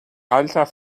alter